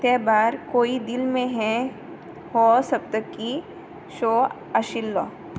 ते भायर कोई दिल में हैं हो सप्तकी शो आशिल्लो